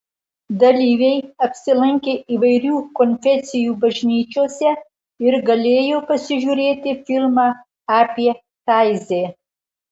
dalyviai apsilankė įvairių konfesijų bažnyčiose ir galėjo pasižiūrėti filmą apie taizė